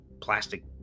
plastic